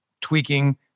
tweaking